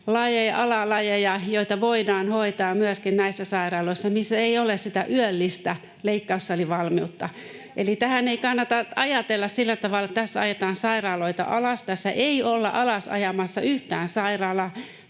alalajeja, joita voidaan hoitaa myöskin näissä sairaaloissa, missä ei ole sitä yöllistä leikkaussalivalmiutta. Eli tätä ei kannata ajatella sillä tavalla, että tässä ajetaan sairaaloita alas. Tässä ei olla alasajamassa yhtään sairaalaa.